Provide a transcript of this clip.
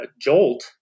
Jolt